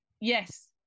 yes